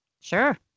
Sure